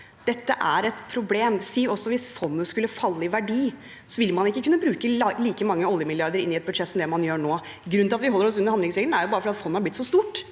Dette er et problem. Hvis fondet skulle falle i verdi, vil man ikke kunne bruke like mange oljemilliarder i et budsjett som det man gjør nå. Grunnen til at vi holder oss under handlingsregelen, er jo bare at fondet er blitt så stort,